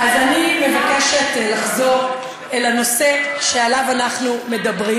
אז אני מבקשת לחזור אל הנושא שעליו אנחנו מדברים.